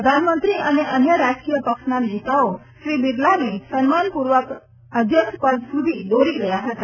પ્રધાનમંત્રી અને અન્ય રાજકીય પક્ષેના નેતાઓ શ્રી બિરલાને સન્માનપૂર્વક અધ્યક્ષપદ સુધી દોરી ગયા હતા